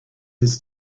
his